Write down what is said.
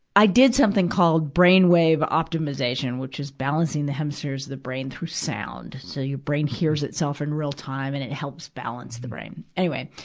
i did something called brain wave optimization, which is balancing the hemispheres of the brain through sound. so, your brain hears itself in real time and it helps balance the brain. anyway,